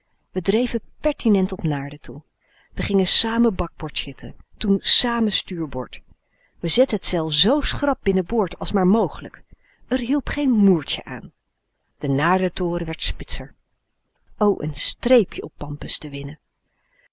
dreven pertinent op naarden toe we gingen sàmen bakboord zitten toen sàmen stuurboord we zetten het zeil zoo schrap binnenboord als maar mogelijk r hielp geen moedertje aan de naardertoren werd spitser een streepje op pampus te winnen